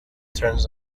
turns